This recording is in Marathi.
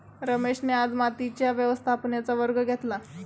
रमेशने आज मातीच्या व्यवस्थापनेचा वर्ग घेतला